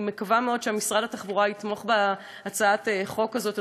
אני מקווה מאוד שמשרד התחבורה יתמוך בהצעת החוק הזאת,